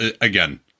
again